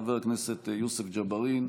חבר הכנסת יוסף ג'בארין,